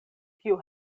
kiu